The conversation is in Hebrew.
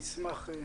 נשמח לשמוע.